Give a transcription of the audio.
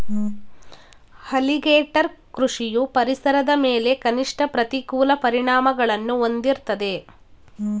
alligator ಕೃಷಿಯು ಪರಿಸರದ ಮೇಲೆ ಕನಿಷ್ಠ ಪ್ರತಿಕೂಲ ಪರಿಣಾಮಗಳನ್ನು ಹೊಂದಿರ್ತದೆ